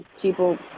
People